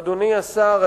אדוני השר,